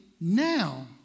now